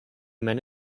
men